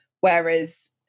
Whereas